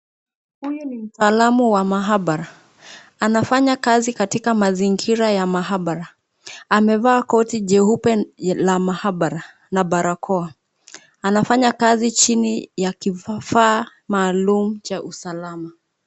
Huyu ni mtaalamu wa mahabara. Anafanya kazi katika mazingira ya mahabara. Amevaa koti jeupe la mahabara na barakoa. Anafanya kazi chini ya kifaa maalum cha usalama.